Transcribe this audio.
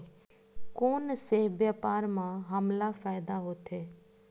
कोन से व्यापार म हमला फ़ायदा होथे?